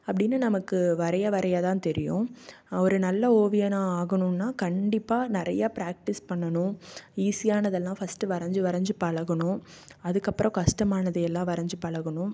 அப்படின்னு நமக்கு வரைய வரைய தான் தெரியும் ஒரு நல்ல ஓவியனாக ஆகணும்ன்னா கண்டிப்பாக நிறையா பிராக்டீஸ் பண்ணனும் ஈஸியானதல்லாம் ஃபர்ஸ்ட்டு வரைஞ்சி வரைஞ்சி பழகணும் அதுக்கப்புறம் கஷ்டமானது எல்லாம் வரைஞ்சி பழகணும்